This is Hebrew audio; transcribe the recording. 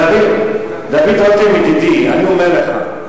דוד, דוד רותם, ידידי, אני אומר לך: